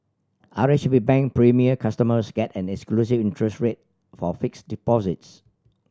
R H B Bank Premier customers get an exclusive interest rate for fixed deposits